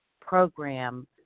program